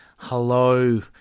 Hello